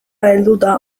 helduta